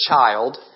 child